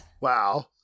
Wow